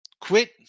quit